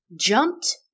jumped